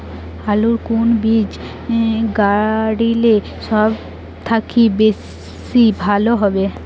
আলুর কুন বীজ গারিলে সব থাকি বেশি লাভ হবে?